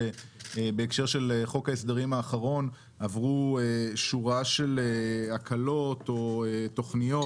שבהקשר של חוק ההסדרים האחרון עברו שורה של הקלות או תוכניות